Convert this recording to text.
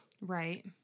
Right